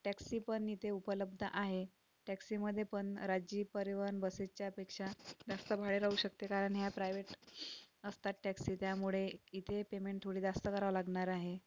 टॅक्सीपण इथे उपलब्ध आहे टॅक्सीमध्ये पण राज्यपरिवहन बसेसच्यापेक्षा जास्त भाडे राहू शकते कारण या प्रायव्हेट असतात टॅक्सी त्यामुळे इथे पेमेंट थोडे जास्त करावं लागणार आहे